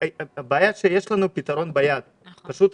הבעיה היא שיש לנו פתרון ביד אלא שצריך